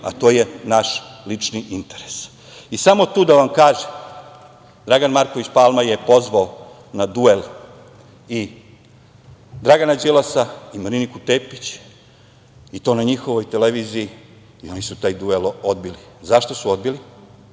a to je naš lični interes. Samo tu da vam kažem, Dragan Marković Palma je pozvao na duel i Dragana Đilasa i Mariniku Tepić, i to na njihovoj televiziji, a oni su taj duel odbili. Zašto su odbili?